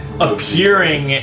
appearing